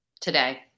today